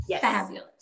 Fabulous